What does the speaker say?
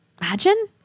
Imagine